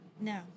No